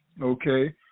okay